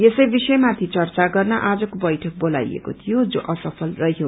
यसै विषय माथि चर्चा गर्न आजको बैठक बोलाइएको थियो जा असफल रहयो